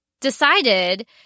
decided